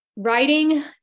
Writing